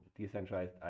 decentralized